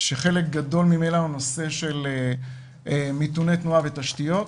כשחלק גדול ממנה הוא נושא של מיתוני תנועה ותשתיות,